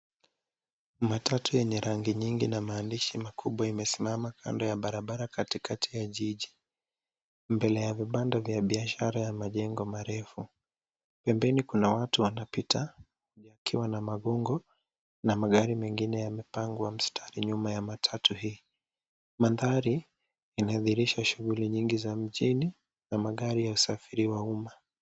Matatu yenye rangi nyingi na maandishi makubwa imesimama kando ya barabara katikati ya jiji, mbele ya vibanda vya biashara ya majengo marefu. Pembeni kuna watu wanapita wakiwa na magongo na magari mengine yamepangwa mstari nyuma ya matatu hii. Mandhari inadhihirisha shughuli nyingi za mjini na magari za usafiri wa umma.